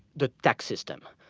the tax system.